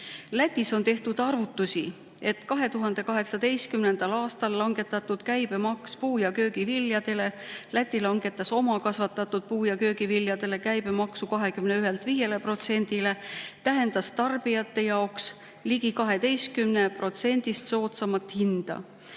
Lätis on tehtud arvutusi, et 2018. aastal langetatud puu‑ ja köögiviljade käibemaks – Läti langetas omakasvatatud puu- ja köögiviljade käibemaksu 21%‑lt 5%-le – tähendas tarbijate jaoks ligi 12% soodsamat hinda